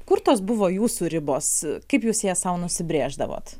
kur tos buvo jūsų ribos kaip jūs jas sau nusibrėždavot